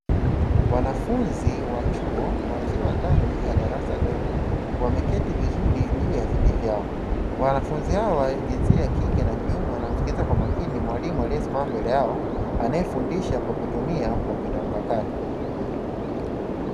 Wanafunzi wa chuo wakiwa ndani ya darasa dogo wameketi vizuri juu ya viti vyao. Wanafunzi hao wa jinsia ya kike na kiume wanamsikiliza kwa makini mwalimu aliyesimama mbele yao anayefundisha kwa kutumia kompyuta mpakato.